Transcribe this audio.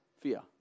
fear